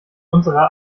unserer